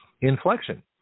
Inflection